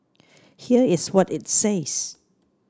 here is what it says